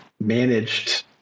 managed